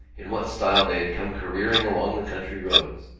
in what style they had come careering along the country roads!